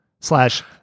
slash